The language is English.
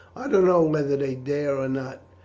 i don't know whether they dare or not,